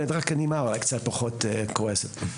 רק הנימה קצת פחות כועסת,